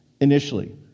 initially